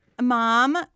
mom